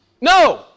No